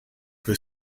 were